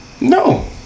No